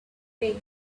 fate